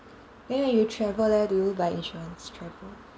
then when you travel leh do you buy insurance travel